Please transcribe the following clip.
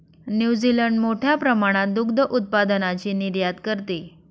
New Zealand मोठ्या प्रमाणात दुग्ध उत्पादनाची निर्यात करते